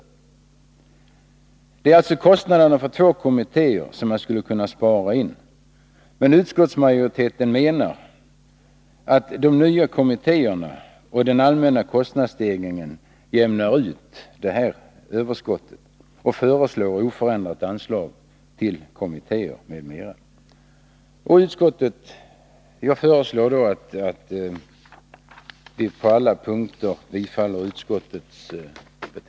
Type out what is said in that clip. En besparing skulle alltså kunna göras för 2 kommittéer, men utskottsmajoriteten menar att kostnaden för de nya kommittéerna tillsammans med fördyringen genom den allmänna kostnadsstegringen jämnar ut det överskottet och föreslår oförändrat anslag till kommittéer m.m. Jag yrkar bifall till utskottets hemställan på alla punkter.